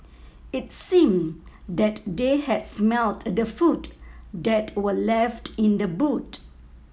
it seemed that they had smelt the food that were left in the boot